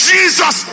Jesus